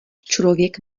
člověk